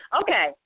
Okay